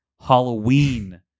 Halloween